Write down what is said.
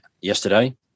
yesterday